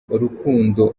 urukundo